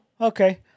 okay